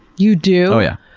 you do? oh yeah,